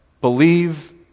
believe